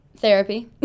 Therapy